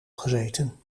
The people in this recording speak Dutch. gezeten